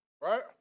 Right